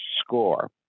score